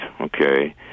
okay